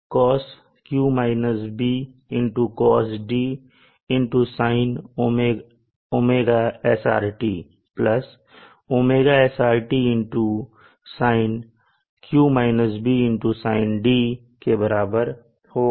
Hot 24 kLSC Π Cos Q-BCos d Sin ωsrt ωsrtSin Q-BSin d के बराबर होगा